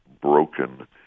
broken